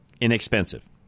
Inexpensive